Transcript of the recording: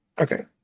Okay